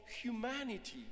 humanity